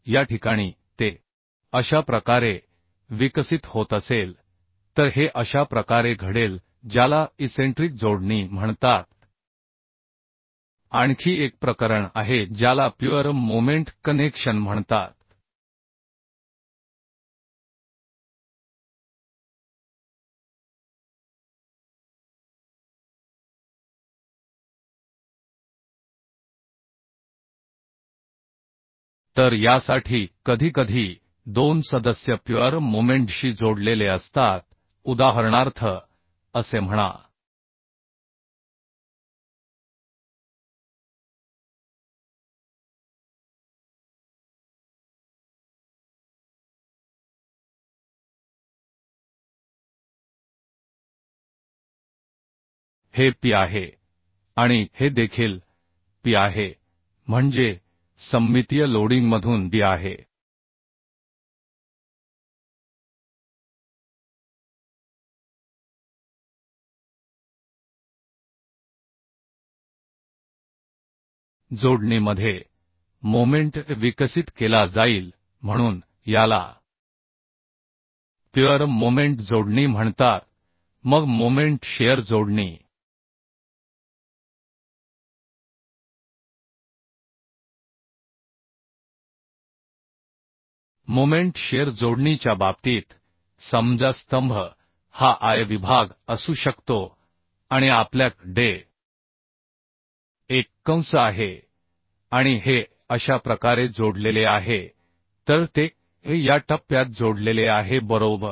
या ठिकाणी ते अशा प्रकारे विकसित होत असेल तर हे अशा प्रकारे घडेल ज्याला इसेंट्रिक जोडणी म्हणतात आणखी एक प्रकरण आहे ज्याला प्युअर मोमेंट कनेक्शन म्हणतात तर यासाठी कधीकधी दोन सदस्य प्युअर मोमेंटशी जोडलेले असतात उदाहरणार्थ असे म्हणाहे P आहे आणि हे देखील P आहे म्हणजे सममितीय लोडिंगमधून e आहे जोडणीमध्ये मोमेंट विकसित केला जाईल म्हणून याला प्युअर मोमेंट जोडणी म्हणतात मग मोमेंट शिअर जोडणी मोमेंट शिअर जोडणीच्या बाबतीत समजा स्तंभ हा I विभाग असू शकतो आणि आपल्याक डे एक कंस आहे आणि हे अशा प्रकारे जोडलेले आहे तर ते या टप्प्यात जोडलेले आहे बरोबर